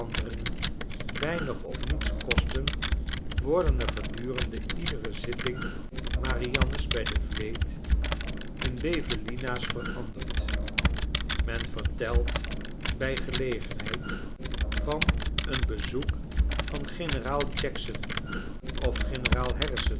weinig of niets kosten worden er gedurende iedere zitting marianne's bij de vleet in bevelina's veranderd men vertelt dat bij gelegenheid van eenbezoek van generaal jackson of generaal